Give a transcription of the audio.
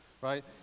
right